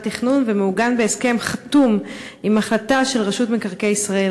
התכנון ומעוגן בהסכם חתום עם החלטה של רשות מקרקעי ישראל.